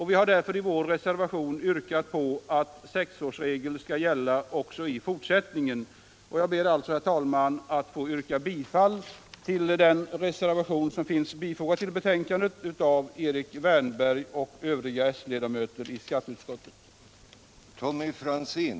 Vi har därför i vår reservation yrkat på att sexårsregeln - skall gälla även i fortsättningen.